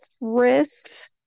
risks